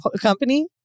company